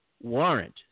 warrant